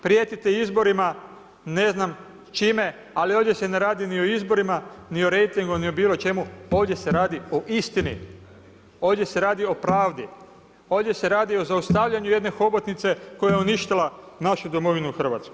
Prijetite izborima, ne znam s čime, ali ovdje se ne radi ni o izborima, ni o rejtingu, ni o čemu, ovdje se radi o istini, ovdje se radi o pravdi, ovdje se radi o zaustavljanju jedne hobotnice koja je uništila našu domovinu Hrvatsku.